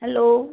hello